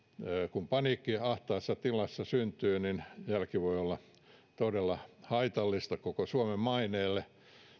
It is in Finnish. kun paniikki ahtaassa tilassa syntyy jälki voi olla todella haitallista koko suomen maineelle